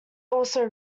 also